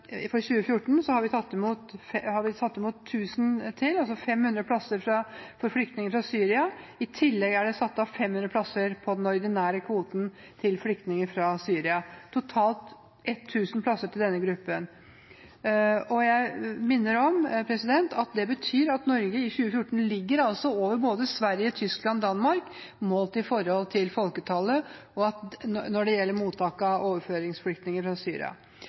vi for 2014 har tatt imot 1 000 til – 500 plasser for flyktninger fra Syria i tillegg til at det er satt av 500 plasser på den ordinære kvoten til flyktninger fra Syria, totalt 1 000 plasser til denne gruppen. Jeg minner om at det betyr at Norge i 2014 ligger over både Sverige, Tyskland og Danmark målt i forhold til folketallet når det gjelder mottak av overføringsflyktninger fra Syria.